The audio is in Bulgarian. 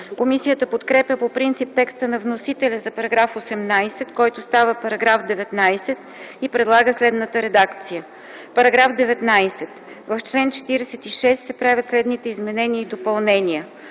Комисията подкрепя по принцип текста на вносителя за § 29, който става § 30 и предлага следната редакция: „§ 30. В чл. 57 се правят следните изменения и допълнения: